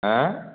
आयँ